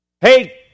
Hey